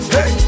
Hey